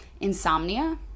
insomnia